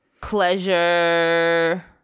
pleasure